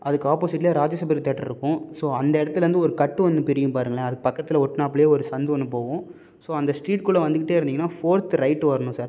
அதுக்கு ஆப்போசிட்லையே ராஜசபாதி தியேட்ரு இருக்கும் ஸோ அந்த இடத்துலேருந்து ஒரு கட்டு ஒரு ஒன்று பிரியும் பாருங்களேன் அதுக்கு பக்கத்தில் ஒட்டுனாப்லே ஒரு சந்து ஒன்று போகும் ஸோ அந்த ஸ்ட்ரீட்குள்ளே வந்துக்கிட்டே இருந்திங்கன்னா ஃபோர்த்து ரைட்டு வரணும் சார்